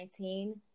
2019